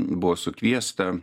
buvo sukviesta